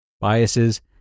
biases